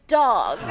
dog